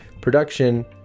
production